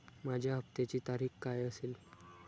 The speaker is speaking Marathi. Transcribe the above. माझ्या हप्त्याची तारीख काय असेल?